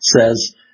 says